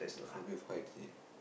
like phobia of heights is it